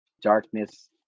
Darkness